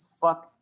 Fuck